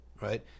right